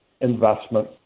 investment